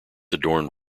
adorned